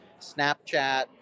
Snapchat